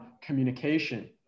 communication